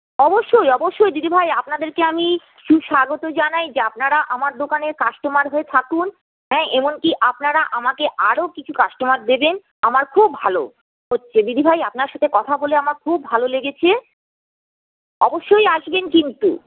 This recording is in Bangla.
অবশ্যই অবশ্যই দিদিভাই আপনাদেরকে আমি সুস্বাগত জানাই যে আপনারা আমার দোকানের কাস্টমার হয়ে থাকুন হ্যাঁ এমন কি আপনারা আমাকে আরও কিছু কাস্টমার দেবেন আমার খুব ভালো হচ্ছে দিদিভাই আপনার সাথে কথা বলে আমার খুব ভালো লেগেছে অবশ্যই আসবেন কিন্তু